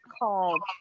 called